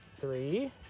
Three